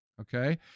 okay